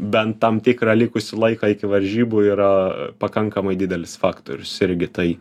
bent tam tikrą likusį laiką iki varžybų yra pakankamai didelis faktorius irgi tai